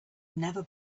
never